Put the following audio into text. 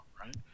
right